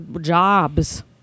jobs